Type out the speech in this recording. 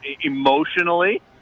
emotionally